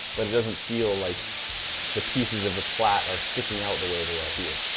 but it doesn't feel like the pieces of the plait are sticking out the way they are here.